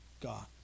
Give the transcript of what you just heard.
God